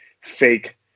fake